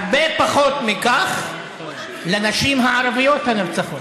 הרבה פחות מכך לנשים הערביות הנרצחות,